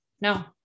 no